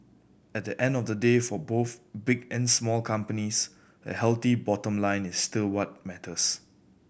at the end of the day for both big and small companies a healthy bottom line is still what matters